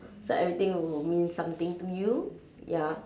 so everything will mean something to you ya